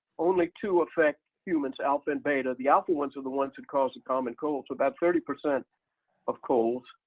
only two affect humans, alpha and beta. the alpha ones are the ones that cause the common cold, about thirty percent of colds,